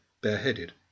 bareheaded